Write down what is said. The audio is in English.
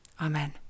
Amen